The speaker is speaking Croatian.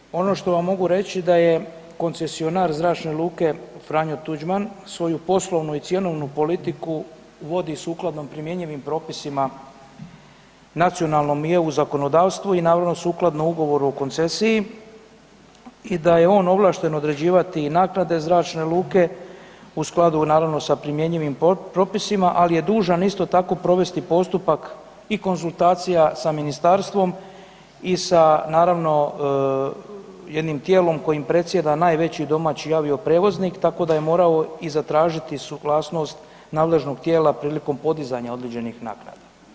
Međutim, ono što vam mogu reći da je koncesionar zračne luke Franjo Tuđman svoju poslovnu i cjenovnu politiku vodi sukladno primjenjivim propisima nacionalnom i EU zakonodavstvu i naravno sukladno ugovoru o koncesiji i da je on ovlašten određivati i naknade zračne luke u skladu naravno sa primjenjivim propisima, ali je dužan isto tako provesti postupak i konzultacija sa ministarstvom i sa naravno jednim tijelom kojim predsjeda najveći domaći avioprijevoznik tako da je morao i zatražiti suglasnost nadležnog tijela prilikom podizanja određenih naknada.